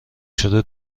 شده